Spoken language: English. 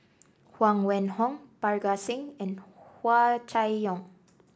Huang Wenhong Parga Singh and Hua Chai Yong